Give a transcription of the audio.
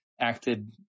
acted